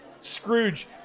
Scrooge